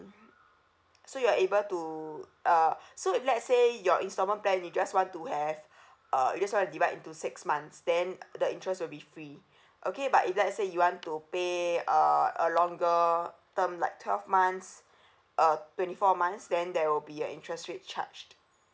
so you're able to uh so if let's say your instalment plan you just want to have uh you just want to divide into six months then the interest will be free okay but if let's say you want to pay uh a longer term like twelve months uh twenty four months then there will be a interest rate charged